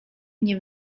nie